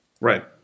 right